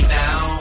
now